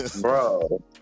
Bro